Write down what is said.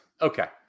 Okay